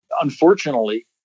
unfortunately